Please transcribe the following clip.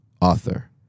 author